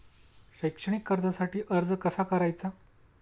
शैक्षणिक कर्जासाठी अर्ज कसा करायचा?